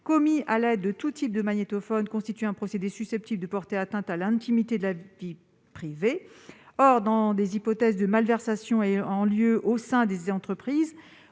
à l'aide de tout type de magnétophone, constitue un procédé susceptible de porter atteinte à l'intimité de la vie privée. Or, dans l'hypothèse de malversations ayant lieu au sein des entreprises,